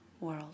world